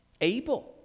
Abel